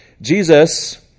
Jesus